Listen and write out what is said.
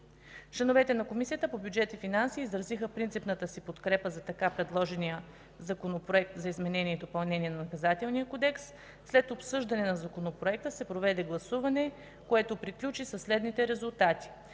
Членовете на Комисията по бюджет и финанси изразиха принципната си подкрепа за така предложения Законопроект за изменение и допълнение на Наказателния кодекс. След обсъждане на Законопроекта се проведе гласуване, което приключи със следните резултати: